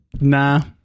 Nah